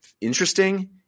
interesting